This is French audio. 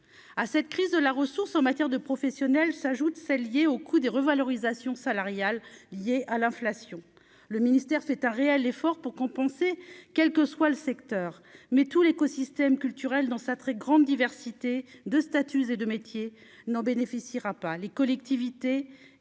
à cette crise de la ressource en matière de professionnels s'ajoutent celles liées au coût des revalorisations salariales liées à l'inflation, le ministère fait un réel effort pour compenser, quel que soit le secteur, mais tout l'écosystème culturel dans sa très grande diversité de statuts et de métier n'en bénéficiera pas les collectivités